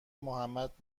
محمد